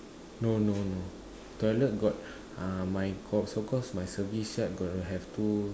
no no no toilet got uh cause my service side going to have two